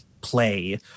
play